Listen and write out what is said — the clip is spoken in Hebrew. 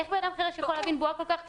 איך אדם חירש יכול להבין בועה כל כך קטנה?